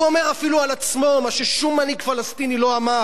הוא אומר אפילו על עצמו מה ששום מנהיג פלסטיני לא אמר.